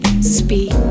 speak